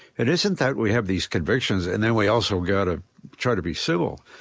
it isn't that we have these convictions and then we also got to try to be civil,